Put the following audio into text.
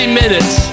minutes